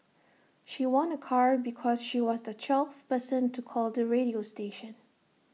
she won A car because she was the twelfth person to call the radio station